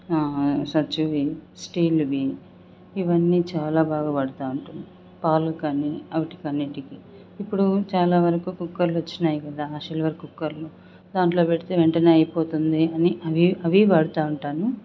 సచ్చువి స్టీలువి ఇవన్నీ చాలా బాగా వాడతావుంటాను పాలుకానీ వాటి అన్నింటికి ఇప్పుడు చాలా వరకు కుక్కర్లు వచ్చినాయి కదా సిల్వర్ కుక్కర్లు దాంట్లో పెడితే వెంటనే అయిపోతుంది అని అవి అవీ వాడతు వుంటాను